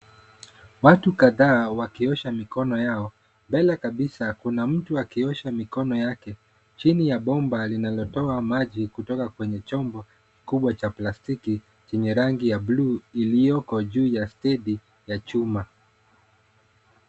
Watu kadhaa wakiosha mikono yao. Mbele kabisa kuna mtu akiosha mikono yake chini ya bomba linalotoa maji kutoka kwenye chombo kubwa cha plastiki chenye rangi ya buluu iliyoko juu ya stendi ya chuma.